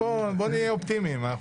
בוא נהיה אופטימיים.